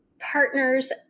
partners